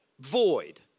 void